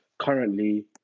currently